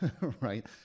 right